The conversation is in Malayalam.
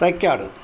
തൈക്കാട്